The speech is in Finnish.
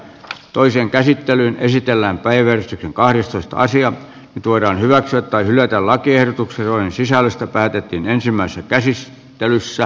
toiseen käsittelyyn esitellään päivysti kahdestoista nyt voidaan hyväksyä tai hylätä lakiehdotukset joiden sisällöstä päätettiin ensimmäisessä käsittelyssä